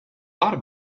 thought